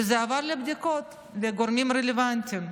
וזה עבר לבדיקות, לגורמים רלוונטיים.